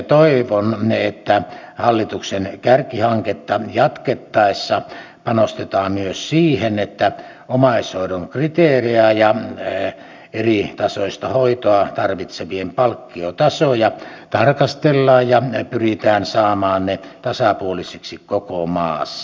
toivon että hallituksen kärkihanketta jatkettaessa panostetaan myös siihen että omaishoidon kriteerejä ja eritasoista hoitoa tarvitsevien palkkiotasoja tarkastellaan ja pyritään samaan ne tasapuolisiksi koko maassa